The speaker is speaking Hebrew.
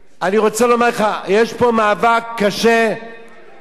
יש פה מאבק קשה בין אותם הורים,